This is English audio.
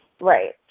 Right